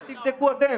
מה זה "תבדקו אתם"?